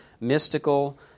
mystical